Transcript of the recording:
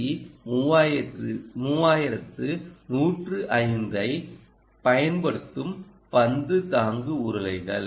C 3105 ஐப் பயன்படுத்தும் பந்து தாங்கு உருளைகள்